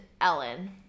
Ellen